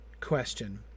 question